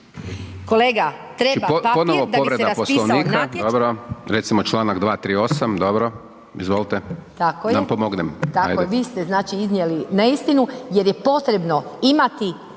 Kolega, treba papir da bi se raspisao natječaj.